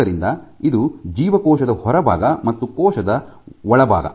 ಆದ್ದರಿಂದ ಇದು ಜೀವಕೋಶದ ಹೊರಭಾಗ ಮತ್ತು ಕೋಶದ ಒಳಭಾಗ